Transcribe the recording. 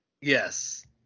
Yes